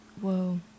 Whoa